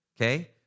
Okay